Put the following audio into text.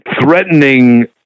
threatening